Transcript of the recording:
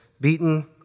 beaten